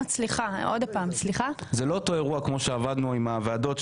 זה לא אותו אירוע כמו שעבדנו עם הוועדות,